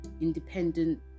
Independent